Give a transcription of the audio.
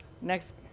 next